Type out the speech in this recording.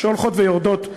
שהולכות ויורדות,